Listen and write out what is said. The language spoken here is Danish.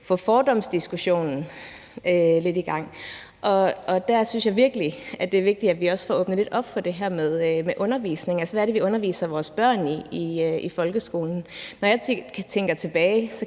få fordomsdiskussionen lidt i gang. Der synes jeg virkelig, det er vigtigt, at vi også får åbnet lidt op for det her med undervisning, altså hvad det er, vi underviser vores børn i i folkeskolen. Når jeg tænker tilbage,